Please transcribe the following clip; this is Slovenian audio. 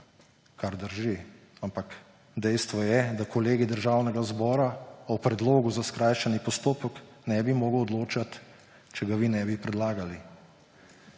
kar drži, ampak dejstvo je, da Kolegij predsednika Državnega zbora o predlogu za skrajšani postopek ne bi mogel odločati, če ga vi ne bi predlagali,